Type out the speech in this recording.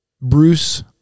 bruce